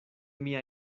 mia